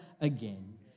again